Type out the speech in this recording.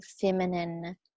feminine